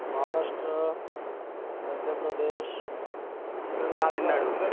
Maharashtra Madhya Pradesh Tamil Nadu